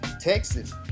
Texas